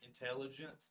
intelligence